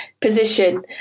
position